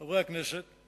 חברי הכנסת,